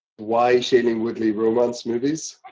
why shailene woodley romance movies?